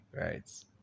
right